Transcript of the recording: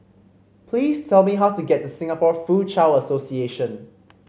please tell me how to get to Singapore Foochow Association